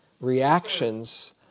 reactions